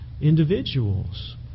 individuals